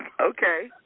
Okay